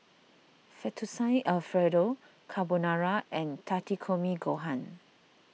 Fettuccine Alfredo Carbonara and Takikomi Gohan